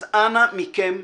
אז אנא מכם.